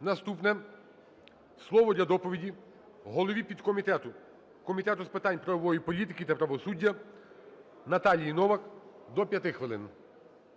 Наступне: слово для доповіді голові підкомітету Комітету з питань правової політики та правосуддя Наталії Новак, до 5 хвилин.